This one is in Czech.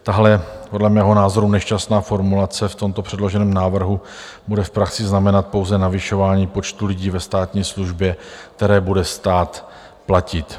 Tahle podle mého názoru nešťastná formulace v tomto předloženém návrhu bude v praxi znamenat pouze navyšování počtu lidí ve státní službě, které bude stát platit.